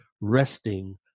resting